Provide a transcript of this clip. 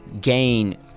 gain